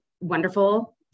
wonderful